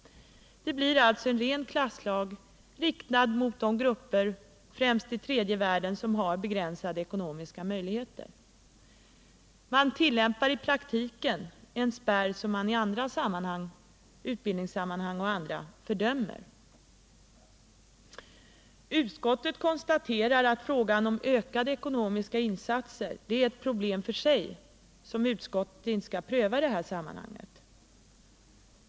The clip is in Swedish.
Det blir alltså en ren klasslag, riktad mot de grupper, främst i tredje världen, som har begränsade ekonomiska möjligheter. Man tillämpar i praktiken en spärr som man i andra sammanhang — utbildningssammanhang och andra — fördömer. Utskottet konstaterar att frågan om ökade ekonomiska insatser är ett problem för sig, som utskottet inte skall pröva i detta sammanhang.